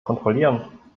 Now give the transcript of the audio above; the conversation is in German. kontrollieren